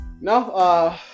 no